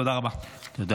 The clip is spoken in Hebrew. תודה רבה.